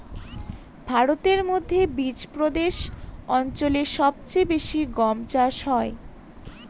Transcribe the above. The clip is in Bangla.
ভারতের মধ্যে বিচপ্রদেশ অঞ্চলে সব চেয়ে বেশি গম চাষ হয়